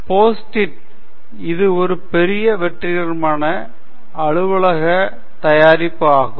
post it PostIt இது ஒரு பெரிய வெற்றிகரமான அலுவலக தயாரிப்பு ஆகும்